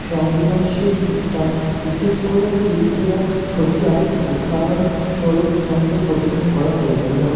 সংবেদনশীল সিস্টেম বিশেষ করে শিল্পীরা ছবি আঁকেন উদাহরণস্বরূপ ছন্দ প্রদর্শন করা প্রয়োজনীয়